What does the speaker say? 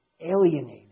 alienated